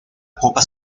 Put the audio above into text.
copa